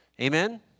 amen